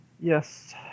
yes